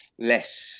Less